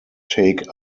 take